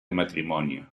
matrimonio